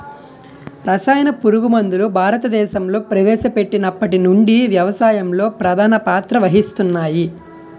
రసాయన పురుగుమందులు భారతదేశంలో ప్రవేశపెట్టినప్పటి నుండి వ్యవసాయంలో ప్రధాన పాత్ర వహిస్తున్నాయి